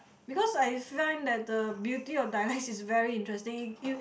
because I find that the beauty of dialects is very interesting you